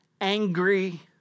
angry